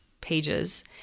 pages